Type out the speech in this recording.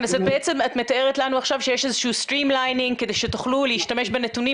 את מתארת לנו עכשיו שיש stream lining כדי שתוכלו להשתמש בנתונים